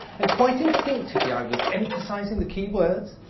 and quite instinctively, i was emphasizing the keywords,